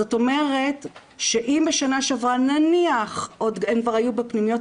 זאת אומרת שאם בשנה שעברה נניח הם כבר היו בפנימיות,